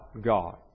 God